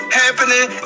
happening